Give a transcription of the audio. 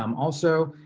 um also,